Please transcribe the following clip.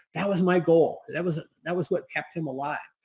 that was my goal. that was that was what kept him alive.